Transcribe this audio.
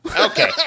Okay